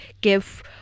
give